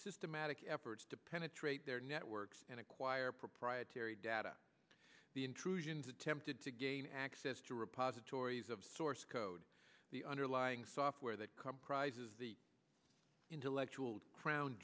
systematic efforts to penetrate their networks and acquire proprietary data the intrusions attempted to gain access to repast tori's of source code the underlying software that comprises the intellectual crown